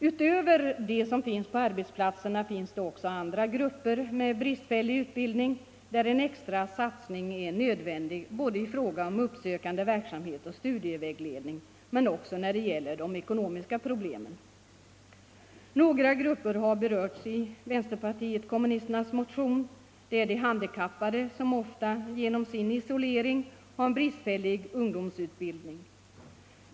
Utöver de grupper på arbetsplatserna som har bristfällig utbildning finns det också andra grupper, för vilka en extra satsning är nödvändig i fråga om både uppsökande verksamhet och studievägledning, men även i fråga om ekonomiskt stöd. Några grupper har berörts i vänsterpartiet kommunisternas motion. En grupp är de handikappade som ofta genom sin isolering har en bristfällig ungdomsutbildning.